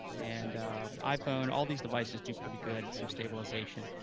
and iphone. all these devices do pretty good at some stabilization,